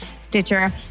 Stitcher